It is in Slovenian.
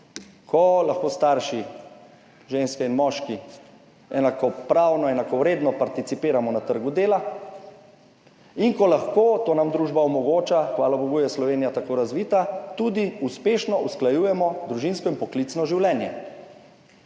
ko lahko starši, ženske in moški enakopravno enakovredno participiramo na trgu dela in ko lahko to nam družba omogoča, hvala bogu je Slovenija tako razvita, tudi uspešno usklajujemo družinsko in poklicno življenje.